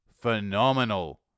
phenomenal